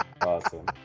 awesome